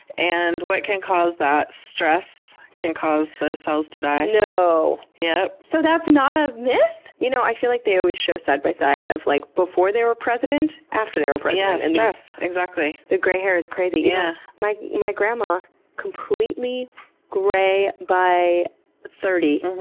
and what can cause that? stress can cause those cells to die. no! yeah so that's not a myth? you know i feel like they always show the side-by-side of like before they were president, after they were president. yeah, stress. exactly. the gray hair is crazy. yeah my my grandma completely gray by thirty.